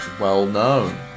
well-known